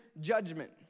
judgment